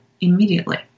immediately